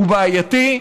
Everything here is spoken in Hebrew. הוא בעייתי,